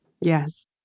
Yes